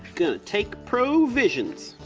gonna take provisions.